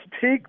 take